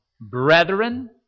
brethren